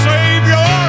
Savior